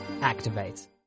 activate